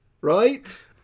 right